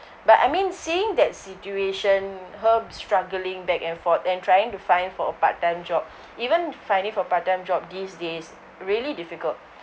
but I mean seeing that situation her struggling back and forth and trying to find for a part time job even finding for part time job these days really difficult